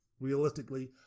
Realistically